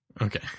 Okay